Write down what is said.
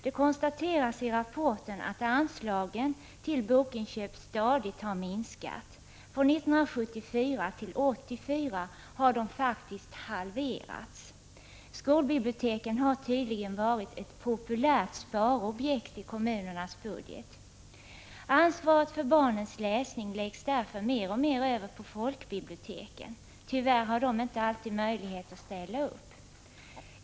Det konstateras i rapporten att anslagen till bokinköp stadigt har minskat. Från 1974 till 1984 har de faktiskt halverats. Skolbiblioteken har tydligen varit ett populärt sparobjekt i kommunernas budget. Ansvaret för barnens läsning läggs därför mer och mer över på folkbiblioteken. Tyvärr har de inte alltid möjlighet att ställa upp.